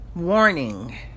Warning